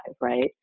right